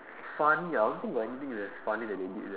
funny ah I don't think got anything that's funny that they did leh